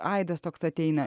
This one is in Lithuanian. aidas toks ateina